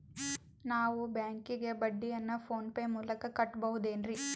ನಾವು ಬ್ಯಾಂಕಿಗೆ ಬಡ್ಡಿಯನ್ನು ಫೋನ್ ಪೇ ಮೂಲಕ ಕಟ್ಟಬಹುದೇನ್ರಿ?